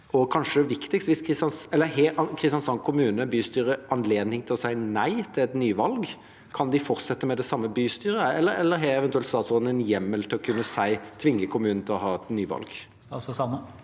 i Kristiansand kommune anledning til å si nei til et nyvalg? Kan de fortsette med det samme bystyret, eller har statsråden eventuelt en hjemmel til å kunne tvinge kommunen til å ha et nyvalg?